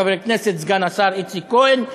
חבר הכנסת סגן השר איציק כהן,